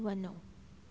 वञो